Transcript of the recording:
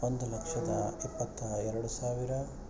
ಒಂದು ಲಕ್ಷದ ಇಪ್ಪತ್ತ ಎರಡು ಸಾವಿರ